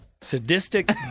sadistic